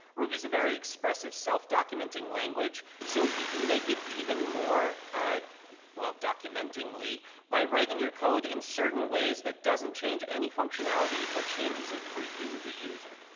ruby's a very expressive self-documenting language, so you can make it even more well documentingly by writing your code in certain ways that doesn't change any functionality but changes it for you the user.